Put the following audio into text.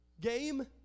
game